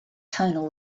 tonal